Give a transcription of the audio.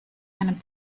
einem